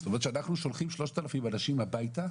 זאת אומרת, שאנחנו שולחים 3,000 אנשים הביתה,